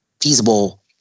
feasible